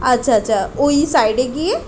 আচ্ছা আচ্ছা ওই সাইটে গিয়ে